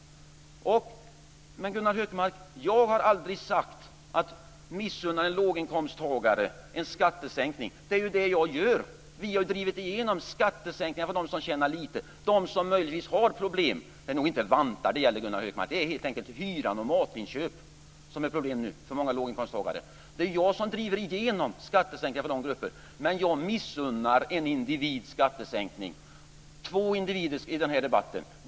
Jag har aldrig sagt att jag missunnar en låginkomsttagare en skattesänkning, Gunnar Hökmark. Det är det jag inte gör. Vi har drivit igenom skattesänkningar för dem som tjänar lite. Det är de som möjligtvis har problem. Det är nog inte vantar det gäller, Gunnar Hökmark. Det är helt enkelt hyran och matinköpen som vållar problem för många låginkomsttagare. Det är jag som driver igenom skattesänkningar för dessa grupper. Men jag missunnar två individer i den här debatten en skattesänkning.